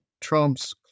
Trump's